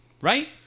right